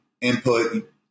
input